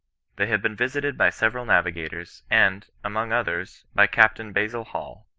they have been visited by several navigators, and, among others, by captain basil hall.